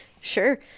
Sure